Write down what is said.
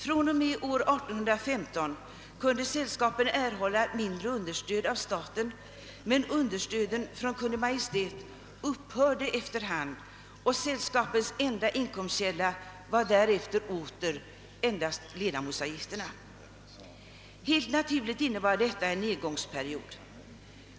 fr.o.m. 1815 kunde sällskapen erhålla mindre understöd av staten, men understöden från Kungl. Maj:t upphörde efter hand, och sällskapens enda inkomstkälla var därefter åter endast ledamotsavgifterna. Helt naturligt innebar detta en nedgångsperiod.